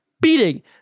beating